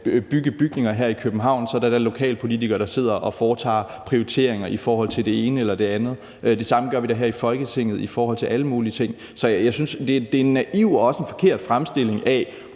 skal bygge bygninger her i København, er der da lokalpolitikere, der sidder og foretager prioriteringer i forhold til det ene eller det andet. Det samme gør vi da her i Folketinget i forhold til alle mulige ting. Så jeg synes, det er en naiv og også en forkert fremstilling af,